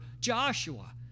Joshua